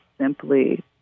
simply